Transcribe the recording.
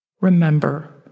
Remember